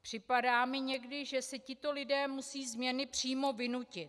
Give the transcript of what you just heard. Připadá mi někdy, že si tito lidé musí změny přímo vynutit.